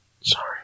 Sorry